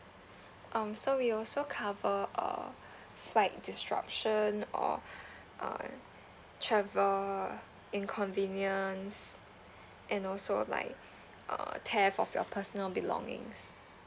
um so we also cover uh flight disruption or uh travel inconvenience and also like uh theft of your personal belongings